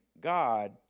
God